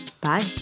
Bye